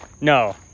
No